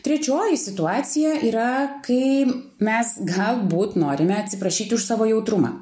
trečioji situacija yra kai mes galbūt norime atsiprašyti už savo jautrumą